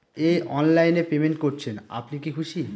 এই অনলাইন এ পেমেন্ট করছেন আপনি কি খুশি?